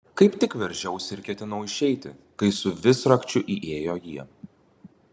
kaip tik veržiausi ir ketinau išeiti kai su visrakčiu įėjo jie